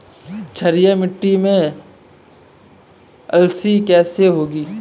क्षारीय मिट्टी में अलसी कैसे होगी?